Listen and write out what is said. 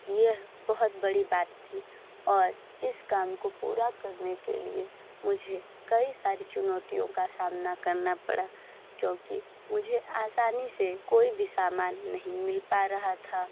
यह बहुत बड़ी बात थी और इस काम को पूरा करने के लिए मुझे कई सारी चुनौतियों का सामना करना पड़ा क्योंकि मुझे आसानी से कोई भी समान नहीं मिल पा रहा था